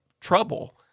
trouble